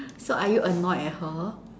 so are you annoyed at her